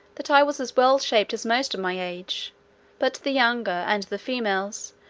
that i was as well shaped as most of my age but the younger, and the females,